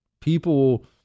people